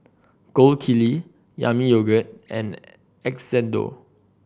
Gold Kili Yami Yogurt and Xndo